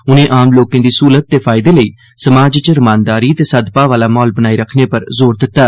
उनें आम लोकें दी सहूलत ते फायदें लेई समाज च रमानदारी ते सद्भाव आला माहौल बनाई रखने पर जोर दित्ता